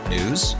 News